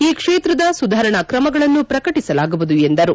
ಈ ಕ್ಷೇತ್ರದ ಸುಧಾರಣಾ ತ್ರಮಗಳನ್ನು ಪ್ರಕಟಿಸಲಾಗುವುದು ಎಂದರು